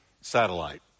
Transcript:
satellite